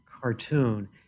cartoon